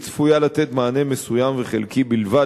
והיא צפויה לתת מענה מסוים וחלקי בלבד